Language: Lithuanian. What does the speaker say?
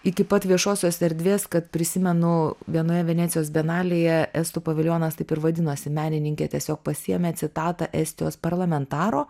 iki pat viešosios erdvės kad prisimenu vienoje venecijos bienalėje estų paviljonas taip ir vadinosi menininkė tiesiog pasiėmė citatą estijos parlamentaro